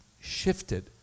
shifted